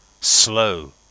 SLOW